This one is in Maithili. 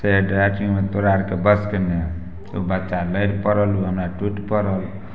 से राइटिंगमे तोरा आरके बसमे नहि हौ ओ बच्चा लड़ि पड़ल उ हमरा टुटि पड़ल